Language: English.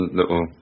little